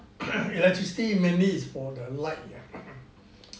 electricity mainly is for the light yeah